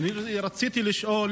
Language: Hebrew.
אני רציתי לשאול